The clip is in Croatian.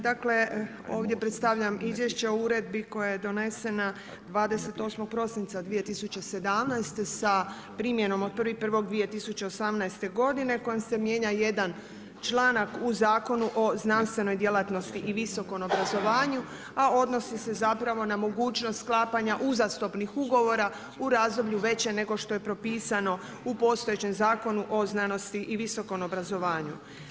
Dakle, ovdje predstavljam izvješće o Uredbi koja je donesena 29.12.2017. sa primjenom od 1.1.2018. godine kojom se mijenja jedan članak u Zakonu o znanstvenoj djelatnosti i visokom obrazovanju, a odnosi se zapravo na mogućnost sklapanja uzastopnih ugovora u razdoblju većem nego što je propisano u postojećem Zakonu o znanosti i visokom obrazovanju.